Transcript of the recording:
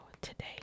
today